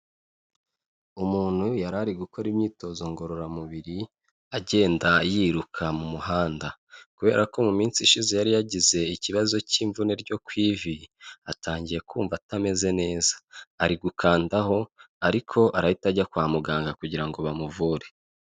Umuntu yari ari gukora imyitozo ngororamubiri agenda yiruka mu muhanda, kubera ko mu minsi ishize yari yagize ikibazo cy'imvune yo ku ivi, atangiye kumva atameze neza ari gukandaho ariko arahita ajya kwa muganga kugira ngo bamuvure.